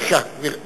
בבקשה, גברתי.